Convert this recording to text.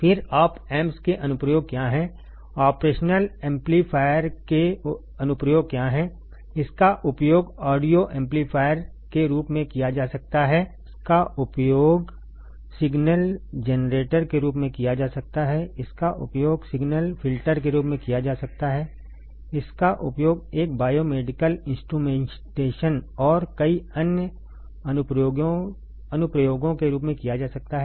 फिर आप एम्प्स के अनुप्रयोग क्या हैं ऑपरेशनल एम्पलीफायर के अनुप्रयोग क्या हैं इसका उपयोग ऑडियो एम्पलीफायर के रूप में किया जा सकता है इसका उपयोग सिग्नल जनरेटर के रूप में किया जा सकता है इसका उपयोग सिग्नल फ़िल्टर के रूप में किया जा सकता है इसका उपयोग एक बायोमेडिकल इंस्ट्रूमेंटेशन और कई अन्य अनुप्रयोगों के रूप में किया जा सकता है